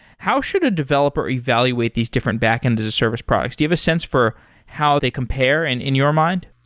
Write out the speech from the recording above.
how should a developer evaluate these different backend as a service products? do you have a sense for how they compare and in your mind?